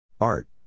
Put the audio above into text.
Art